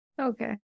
Okay